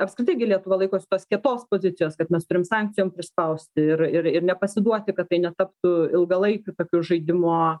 apskritai gi lietuva laikosi tos kietos pozicijos kad mes turim sankcijom prispausti ir ir ir nepasiduoti kad tai netaptų ilgalaikiu tokiu žaidimo